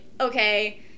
okay